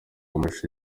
amashusho